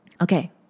Okay